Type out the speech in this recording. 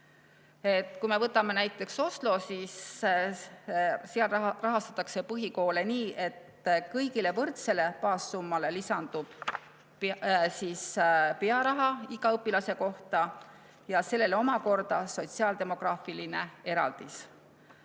Kui me võtame näiteks Oslo, siis seal rahastatakse põhikoole nii, et kõigile võrdsele baassummale lisandub pearaha iga õpilase kohta ja sellele omakorda sotsiaal-demograafiline eraldis,